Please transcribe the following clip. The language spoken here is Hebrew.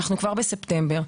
כבר בספטמבר,